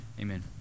amen